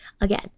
again